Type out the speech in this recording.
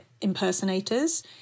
impersonators